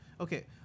Okay